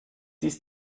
dies